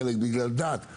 חלק בגלל דת,